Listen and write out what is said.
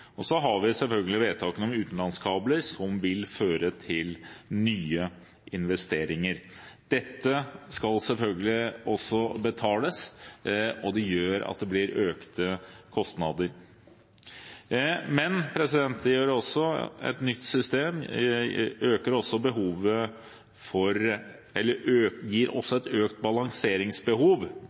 industri. Så har vi selvfølgelig vedtakene om utenlandskabler, som vil føre til nye investeringer. Dette skal selvfølgelig også betales, og det gjør at det blir økte kostnader. Et nytt system gir også et økt balanseringsbehov,